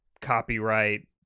copyright